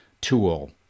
Tool